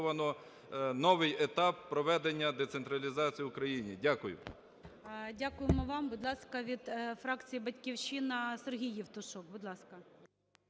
новий етап проведення децентралізації в Україні. Дякую. ГОЛОВУЮЧИЙ. Дякуємо вам. Будь ласка, від фракції "Батьківщина" Сергій Євтушок. Будь ласка.